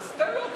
חבר הכנסת כהן,